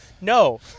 No